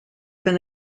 been